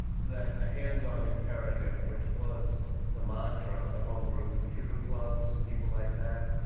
that the hands-on imperative which was the mantra of the home brew computer clubs and people like that,